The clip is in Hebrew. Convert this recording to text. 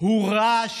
עניין אחד: